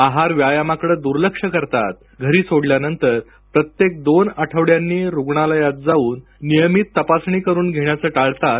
आहार व्यायामाकडे दुर्लक्ष करतात घरी सोडल्यानंतर प्रत्येक दोन आठवड्यांनी रुग्णालयात जाऊन नियमित तपासणी करून घेण्याचं टाळतात